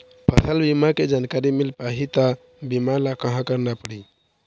फसल बीमा के जानकारी मिल पाही ता बीमा ला कहां करना पढ़ी?